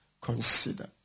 Consider